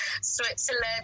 Switzerland